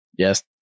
Yes